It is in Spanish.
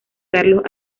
carlos